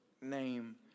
name